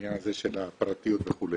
העניין הזה של הפרטיות וכו'.